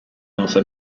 also